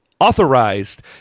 authorized